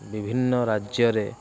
ବିଭିନ୍ନ ରାଜ୍ୟରେ